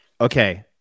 Okay